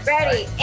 Ready